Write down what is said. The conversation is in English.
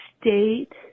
state